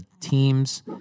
teams